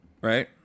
Right